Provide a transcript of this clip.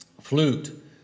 flute